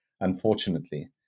Unfortunately